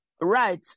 Right